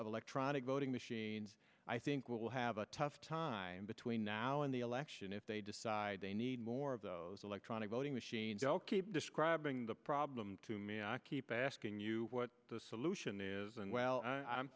of electronic voting machines i think will have a tough time between now and the election if they decide they need more of those electronic voting machines all keep describing the problem to me i keep asking you what the solution is and well